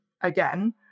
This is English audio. again